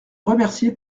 remercié